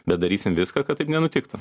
bet darysim viską kad taip nenutiktų